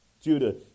Judah